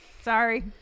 Sorry